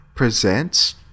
presents